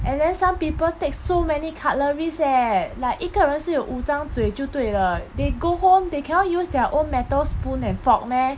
and then some people take so many cutleries eh like 一个人是有五张嘴就对了 they go home they cannot use their own metal spoon and fork meh